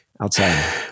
outside